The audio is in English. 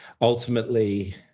ultimately